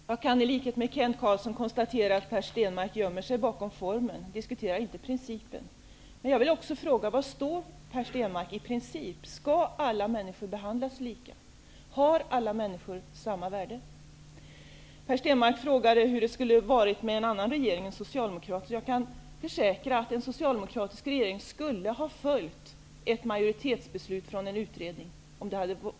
Fru talman! Jag kan i likhet med Kent Carlsson konstatera att Per Stenmarck gömmer sig bakom formen och diskuterar inte principen. Var står Per Stenmarck i principfrågan? Skall alla människor behandlas lika? Har alla människor samma värde? Per Stenmarck undrade hur situationen skulle ha varit med en socialdemokratisk regering. Jag kan försäkra att en socialdemokratisk regering skulle ha följt ett majoritetsbeslut från en utredning.